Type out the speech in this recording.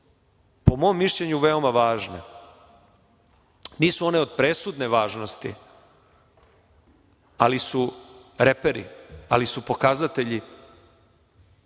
po mom mišljenju, veoma važne. Nisu one od presudne važnosti, ali su reperi, ali su pokazatelji